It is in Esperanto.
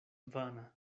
vana